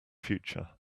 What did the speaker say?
future